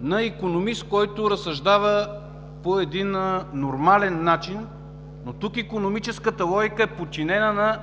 на икономист, който разсъждава по един нормален начин, но тук икономическата логика е подчинена на